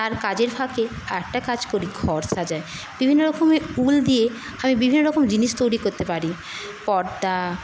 আর কাজের ফাঁকে একটা কাজ করি ঘর সাজাই বিভিন্ন রকমের উল দিয়ে আমি বিভিন্ন রকম জিনিস তৈরি করতে পারি পর্দা